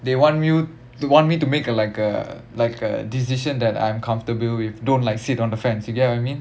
they want you they want me to make a like a like a decision that I am comfortable with don't like sit on the fence you get what I mean